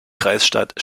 kreisstadt